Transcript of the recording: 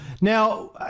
Now